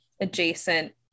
adjacent